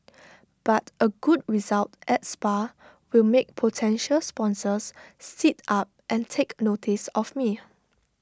but A good result at spa will make potential sponsors sit up and take notice of me